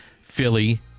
philly